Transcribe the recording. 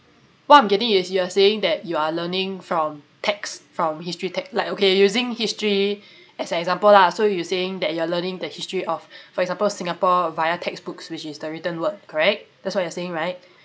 what I'm getting is you are saying that you are learning from text from history te~ like okay using history as an example lah so you were saying that you are learning the history of for example singapore via textbooks which is the written word correct that's what you're saying right